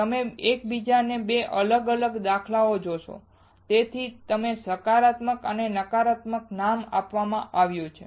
તમે એકબીજાના બે અલગ અલગ દાખલાઓ જોશો અને તેથી જ તેને સકારાત્મક અને નકારાત્મક નામ આપવામાં આવ્યું છે